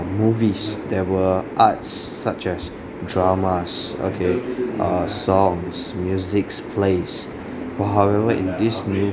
movies that were arts such as dramas okay uh songs musics plays !wow! we were in this new